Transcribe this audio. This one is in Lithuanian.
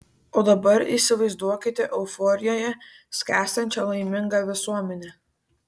o dabar įsivaizduokite euforijoje skęstančią laimingą visuomenę